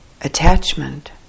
Attachment